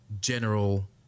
general